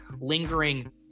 lingering